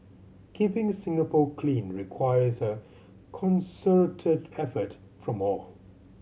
keeping Singapore clean requires a concerted effort from all